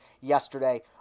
yesterday